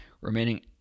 remaining